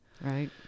Right